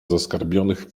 zaskarbionych